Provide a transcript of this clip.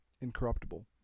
incorruptible